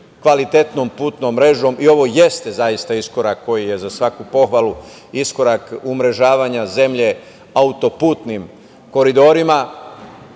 kvalitetnom putnom mrežom i ovo jeste zaista iskorak koji je za svaku pohvalu, iskorak umrežavanja zemlje autoputnim koridorima,